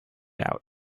out